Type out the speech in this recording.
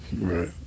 Right